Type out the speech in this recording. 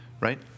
right